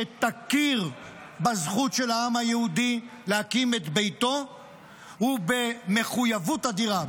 שתכיר בזכות של העם היהודי להקים את ביתו ובמחויבות אדירה,